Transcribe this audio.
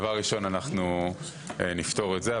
דבר ראשון אנחנו נפתור את זה.